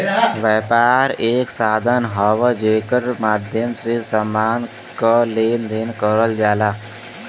व्यापार एक साधन हौ जेकरे माध्यम से समान क लेन देन करल जाला